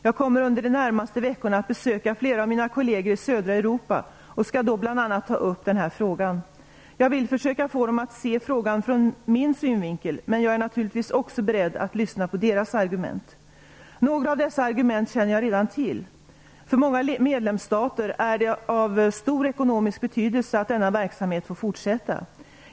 Jag kommer under de närmaste veckorna att besöka flera av mina kollegor i södra Europa och skall då bl.a. ta upp den här frågan. Jag vill försöka få dem att se frågan från min synvinkel, men jag är naturligtvis också beredd att lyssna på deras argument. Några av dessa argument känner jag redan till. För många medlemsstater är det av stor ekonomisk betydelse att denna verksamhet får fortsätta.